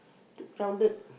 too crowded